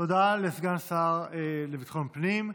תודה לסגן השר לביטחון פנים.